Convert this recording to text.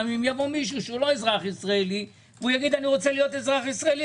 גם אם יבוא מישהו שלא אזרח ישראלי שיגיד: אני רוצה להיות אזרח ישראלי,